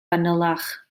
fanylach